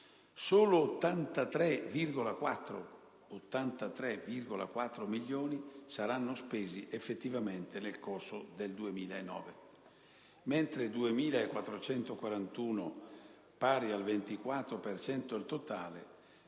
solo 83,4 milioni saranno spesi effettivamente nel corso del 2009, mentre 2.441 milioni, pari al 24 per cento